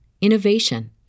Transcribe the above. innovation